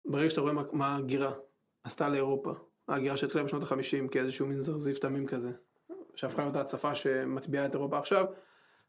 ברגע שאתה רואה מה הגירה עשתה לאירופה, הגירה שהתחילה בשנות החמישים כאיזשהו מין זרזיף תמים כזה, שהפכה להיות ההצפה שמטביעה את אירופה עכשיו.